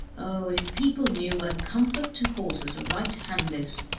oh! if people knew what a comfort to horses a light hand is,